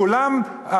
כולם,